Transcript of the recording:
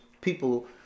people